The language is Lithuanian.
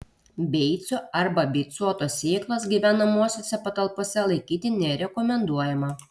beicų arba beicuotos sėklos gyvenamosiose patalpose laikyti nerekomenduojama